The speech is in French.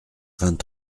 vingt